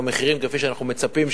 במחירים כפי שאנחנו מצפים שיהיו,